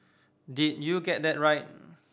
did you get that right